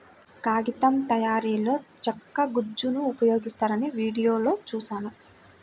కాగితం తయారీలో చెక్క గుజ్జును ఉపయోగిస్తారని వీడియోలో చూశాను